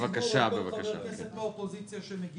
הבטחתי שאני נותן דיווח לציבור על כל חבר מהאופוזיציה שמגיע.